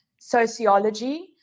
sociology